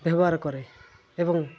ବ୍ୟବହାର କରେ ଏବଂ